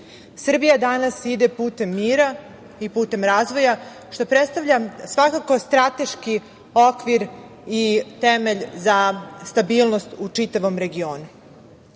Srbija danas ide putem mira i putem razvoja, što predstavlja svakako strateški okvir i temelj za stabilnost u čitavom regionu.